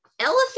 elephant